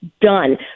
Done